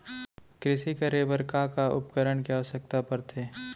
कृषि करे बर का का उपकरण के आवश्यकता परथे?